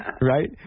Right